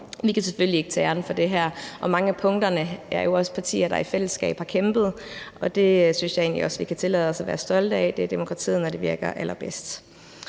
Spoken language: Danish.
Vi kan selvfølgelig ikke tage æren for det her, og i forhold til mange af punkterne er det jo også partier, der i fællesskab har kæmpet, og det synes jeg egentlig også at vi kan tillade os at være stolte af. Det er demokratiet, når det virker allerbedst.